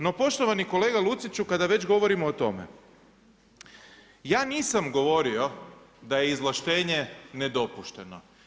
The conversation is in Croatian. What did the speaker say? No poštovani kolega Luciću kada već govorimo o tome, ja nisam govorio da je izvlaštenje nedopušteno.